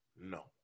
No